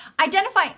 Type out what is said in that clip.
identify